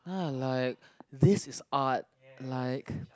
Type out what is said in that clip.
now I like this is art like